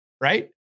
right